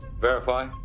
Verify